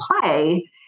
play